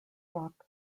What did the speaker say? rock